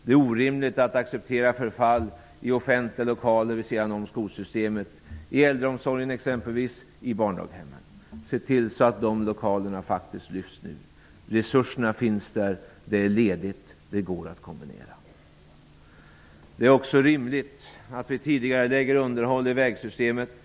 Dessutom kan man inte acceptera förfall i offentliga lokaler vid sidan om skolsystemet, t.ex. inom äldre och barnomsorgen. Se till att de lokalerna renoveras! Resurserna finns. Det går att kombinera. Det är rimligt att vi tidigarelägger underhåll i vägsystemet.